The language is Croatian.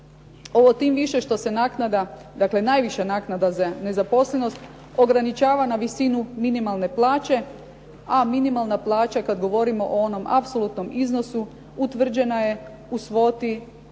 Ovo tim više što se naknada, dakle najviša naknada za nezaposlenost ograničava na visinu minimalne plaće a minimalna plaća kad govorimo o onom apsolutnom iznosu utvrđena je u svoti